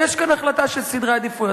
ויש כאן החלטה של סדר עדיפויות.